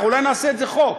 אנחנו אולי נעשה את זה בחוק.